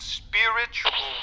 spiritual